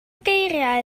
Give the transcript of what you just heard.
geiriau